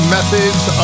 Methods